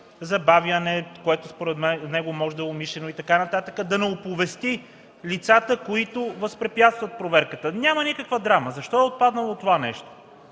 забавяне, което според него може да е умишлено, да не оповести лицата, които възпрепятстват проверката. Няма никаква драма! Защо е отпаднало това нещо?